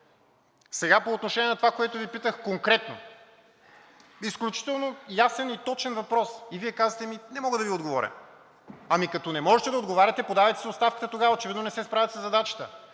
кое. По отношение на това, което Ви питах конкретно, изключително ясен и точен въпрос, а Вие казвате: „Не мога да ви отговоря. Ами като не можете да отговаряте, подавайте си тогава оставката, защото очевидно не се справяте със задачата.